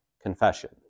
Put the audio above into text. confession